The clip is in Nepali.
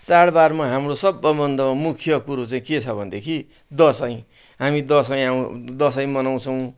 चाडबाडमा हाम्रो सबै भन्दा मुख्य कुरो चाहिँ के छ भन्देखि दसैँ हामी दसैँ आउँ दसैँ मनाउँछौँ